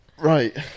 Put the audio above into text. Right